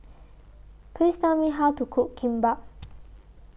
Please Tell Me How to Cook Kimbap